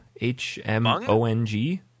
H-M-O-N-G